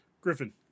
Griffin